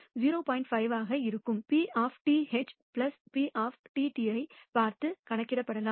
5 ஆக இருக்கும் P P ஐப் பார்த்து கணக்கிடப்படலாம்